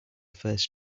first